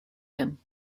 him